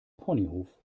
ponyhof